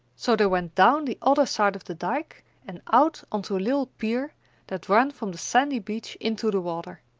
so they went down the other side of the dyke and out onto a little pier that ran from the sandy beach into the water.